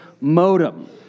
modem